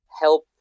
help